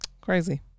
Crazy